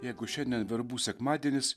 jeigu šiandien verbų sekmadienis